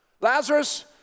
Lazarus